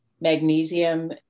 Magnesium